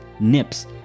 Nips